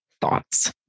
thoughts